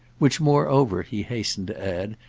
which moreover, he hastened to add,